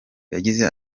yagize